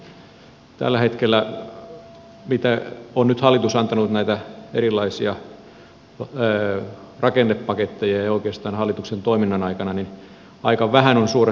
kun hallitus on nyt antanut näitä erilaisia rakennepaketteja ja oikeastaan hallituksen koko toiminnan aikana niin aika vähän on suuri